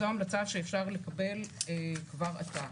זו המלצה שאפשר לקבל כבר עתה.